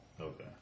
Okay